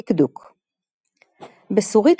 דקדוק בסורית,